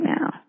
now